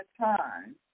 time